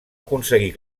aconseguir